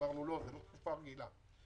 אמרנו: לא, זאת לא תקופה רגילה.